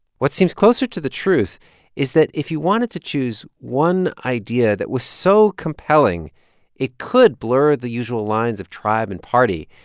what seems closer to the truth is that if you wanted to choose one idea that was so compelling it could blur the usual lines of tribe and party,